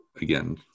again